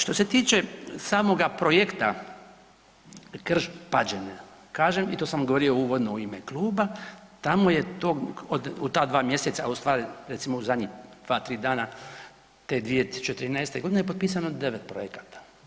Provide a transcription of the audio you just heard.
Što se tiče samoga projekta Krš Pađane kažem i to sam govorio uvodno u ime kluba, tamo je to u ta dva mjeseca ustvari recimo u zadnjih dva, tri dana te 2013. godine je potpisano 9 projekata.